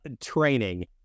training